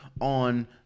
on